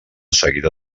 seguida